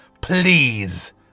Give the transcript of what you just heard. Please